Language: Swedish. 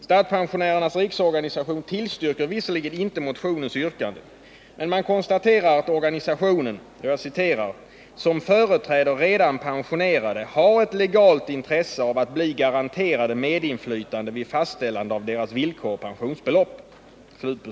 Statspensionärernas riksorganisation tillstyrker visserligen inte motionens yrkande, men man konstaterar att organisationen ”som företräder redan pensionerade har ett legalt intresse av att bli garanterade medinflytande vid fastställande av deras villkor och pensionsbelopp”.